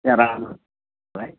त्यहाँ राम्रो छ है